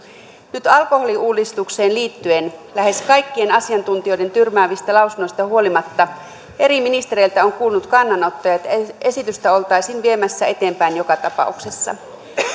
nyt alkoholiuudistukseen liittyen lähes kaikkien asiantuntijoiden tyrmäävistä lausunnoista huolimatta eri ministereiltä on kuulunut kannanottoja että esitystä oltaisiin viemässä eteenpäin joka tapauksessa